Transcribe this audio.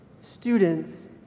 students